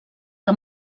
que